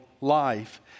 life